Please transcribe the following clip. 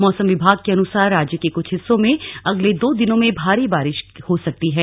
मौसम विभाग के अनुसार राज्य के कुछ हिस्सों में अगले दो दिनों में भारी बारिश हो सकती है